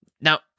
Now